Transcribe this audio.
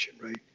right